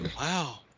Wow